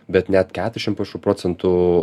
bet net keturiasdešim prašau procentų